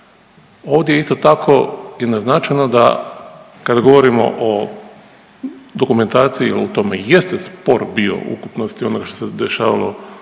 Ovdje isto tako je naznačeno da kada govorimo o dokumentaciji jel u tome i jeste spor bio u ukupnosti onoga što se dešavalo u Zambiji,